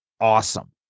awesome